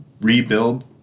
rebuild